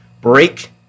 Break